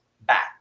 back